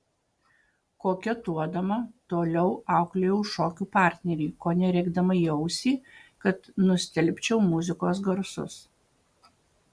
koketuodama toliau auklėjau šokių partnerį kone rėkdama į ausį kad nustelbčiau muzikos garsus